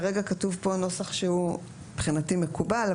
כרגע כתוב פה נוסח שהוא מבחינתי מקובל,